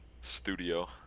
Studio